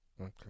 Okay